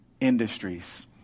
industries